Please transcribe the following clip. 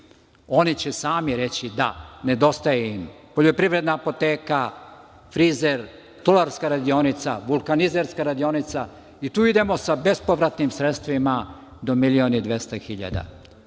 Oni će sami reći da im nedostaje im poljoprivredna apoteka, frizer, stolarska radionica, vuklanizerska radionica. Tu idemo sa bespovratnim sredstvima do milion i